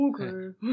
Okay